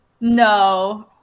No